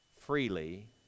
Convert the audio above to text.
freely